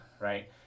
right